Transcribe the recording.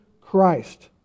Christ